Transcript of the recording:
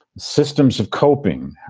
systems of coping.